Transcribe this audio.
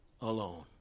alone